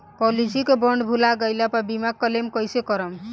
Policy के bond भुला गैला पर बीमा क्लेम कईसे करम?